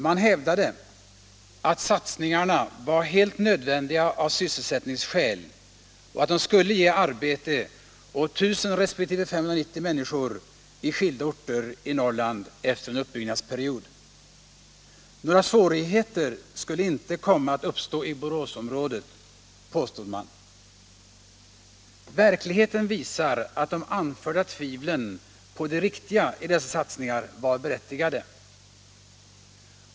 Man hävdade att satsningarna var helt nödvändiga av sysselsättningsskäl och att de efter en utbyggnadsperiod skulle ge arbete åt 1000 resp. 590 människor i skilda orter i Norrland. Några svårigheter skulle inte komma att uppstå i Boråsområdet, påstod man. Verkligheten visar att de anförda tvivlen på det riktiga i dessa satsningar var berättigade.